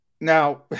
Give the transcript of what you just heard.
Now